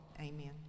Amen